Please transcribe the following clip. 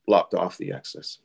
blocked off the access